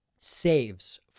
saves